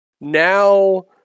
now